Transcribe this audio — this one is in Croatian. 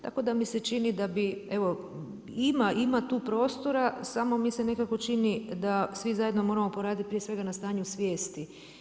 Tako da mi se čini da bi evo ima tu prostora, samo mi se nekako čini da svi zajedno moramo poraditi prije svega na stanju svijesti.